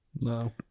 no